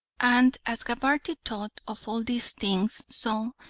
and as gabarty thought of all these things, so,